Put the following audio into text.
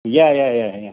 या या या या